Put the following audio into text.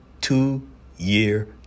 two-year